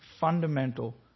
fundamental